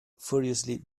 furiously